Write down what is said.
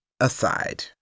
aside